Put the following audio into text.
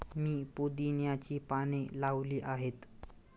मी पुदिन्याची पाने लावली आहेत